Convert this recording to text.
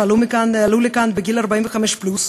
שעלו לכאן בגיל 45 פלוס,